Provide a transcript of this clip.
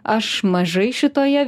aš mažai šitoje